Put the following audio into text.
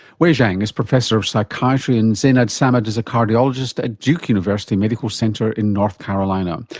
wei jiang is professor of psychiatry, and zainab samad is a cardiologist at duke university medical center in north carolina.